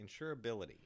insurability